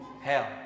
hell